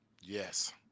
Yes